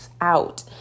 out